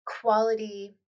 quality